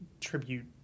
tribute